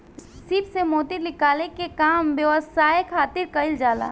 सीप से मोती निकाले के काम व्यवसाय खातिर कईल जाला